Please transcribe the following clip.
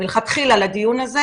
מלכתחילה,